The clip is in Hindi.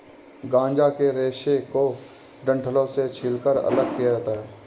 गांजा के रेशे को डंठलों से छीलकर अलग किया जाता है